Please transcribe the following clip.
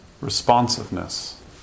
responsiveness